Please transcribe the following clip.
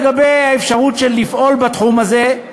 לגבי האפשרות של לפעול בתחום הזה,